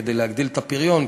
כדי להגדיל את הפריון,